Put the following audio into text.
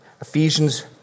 Ephesians